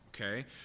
okay